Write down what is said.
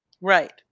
Right